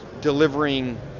delivering